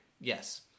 Yes